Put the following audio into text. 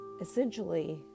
essentially